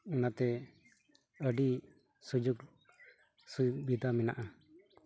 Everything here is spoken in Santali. ᱚᱱᱟᱛᱮ ᱟᱹᱰᱤ ᱥᱩᱡᱳᱜᱽ ᱥᱩᱵᱤᱫᱷᱟ ᱢᱮᱱᱟᱜᱼᱟ